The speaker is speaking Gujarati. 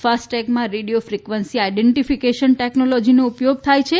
ફાસ્ટટૈગમાં રેડીયો ફીકવન્સી આઇડેન્ટીફીકેશન ટેકનોલોજીનો ઉપયોગ થાય છે